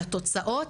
על התוצאות,